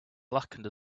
blackened